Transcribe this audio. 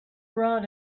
brought